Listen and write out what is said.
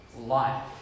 life